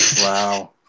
Wow